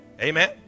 Amen